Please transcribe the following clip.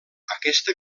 aquesta